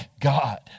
God